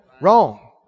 wrong